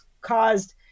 caused